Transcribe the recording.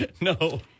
No